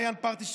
מעיין פרתי,